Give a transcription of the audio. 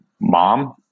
mom